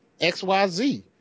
XYZ